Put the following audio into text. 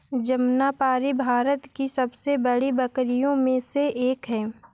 जमनापारी भारत की सबसे बड़ी बकरियों में से एक है